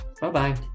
bye-bye